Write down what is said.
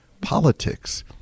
politics